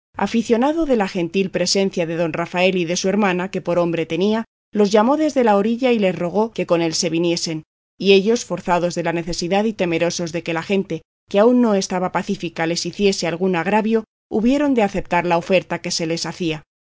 aficionado de la gentil presencia de don rafael y de su hermana que por hombre tenía los llamó desde la orilla y les rogó que con él se viniesen y ellos forzados de la necesidad y temerosos de que la gente que aún no estaba pacífica les hiciese algún agravio hubieron de aceptar la oferta que se les hacía